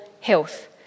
health